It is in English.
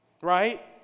Right